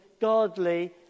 godly